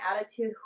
attitude